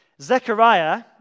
Zechariah